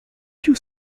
puis